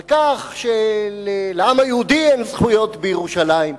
כך שלעם היהודי אין זכויות בירושלים,